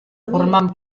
formen